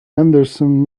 anderson